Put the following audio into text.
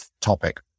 topic